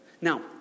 Now